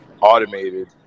automated